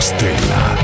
Stella